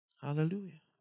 Hallelujah